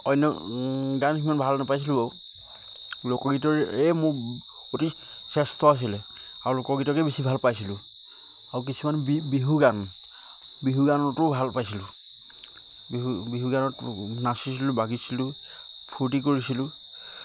অন্য গান সিমান ভাল নাপাইছিলোঁ লোকগীতৰ এই মোৰ অতি শ্ৰেষ্ঠ আছিলে আৰু লোকগীতকে বেছি ভাল পাইছিলোঁ আৰু কিছুমান বি বিহু গান বিহু গানটো ভাল পাইছিলোঁ বিহু বিহু গানত নাচিছিলোঁ বাগিছিলোঁ ফূৰ্তি কৰিছিলোঁ